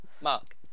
Mark